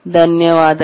ಧನ್ಯವಾದಗಳು